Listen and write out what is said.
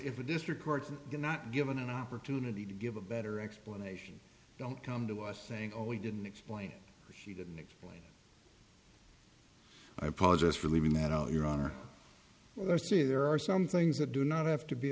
the district court did not given an opportunity to give a better explanation don't come to us saying oh you didn't explain he didn't explain i apologize for leaving that out your honor when i say there are some things that do not have to be